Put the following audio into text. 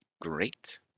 Great